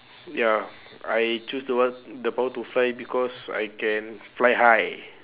ya I choose the one the power to fly because I can fly high